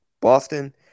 Boston